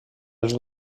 els